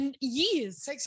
years